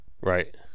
Right